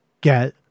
get